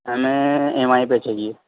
ہمیں M I پہ چاہیے